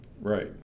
Right